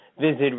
visit